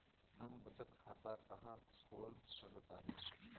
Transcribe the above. हम बचत खाता कहां खोल सकतानी?